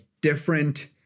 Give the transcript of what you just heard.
different